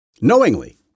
knowingly